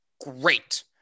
great